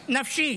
נפשי.